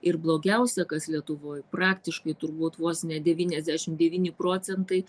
ir blogiausia kas lietuvoj praktiškai turbūt vos ne devyniasdešim devyni procentai